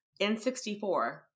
N64